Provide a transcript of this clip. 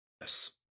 Yes